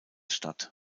stadt